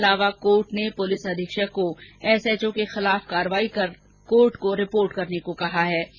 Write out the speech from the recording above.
इसके अलावा कोर्ट ने पुलिस अधीक्षक को एसएचओ के खिलाफ कार्यवाही कर कोर्ट को रिपोर्ट करने को कहा है